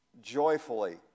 joyfully